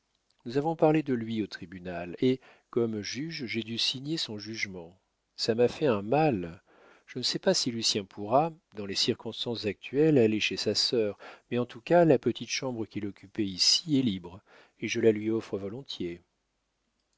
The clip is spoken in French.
nous avons parlé de lui au tribunal et comme juge j'ai dû signer son jugement ça m'a fait un mal je ne sais pas si lucien pourra dans les circonstances actuelles aller chez sa sœur mais en tout cas la petite chambre qu'il occupait ici est libre et je la lui offre volontiers